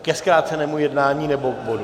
Ke zkrácenému jednání, nebo k bodu?